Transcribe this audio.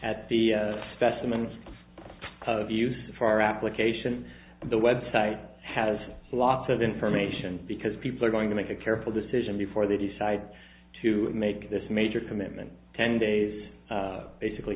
at the specimens of use of our application the website has lots of information because people are going to make a careful decision before they decide to make this major commitment ten days basically